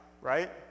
right